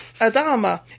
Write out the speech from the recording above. Adama